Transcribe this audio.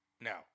Now